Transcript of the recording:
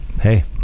hey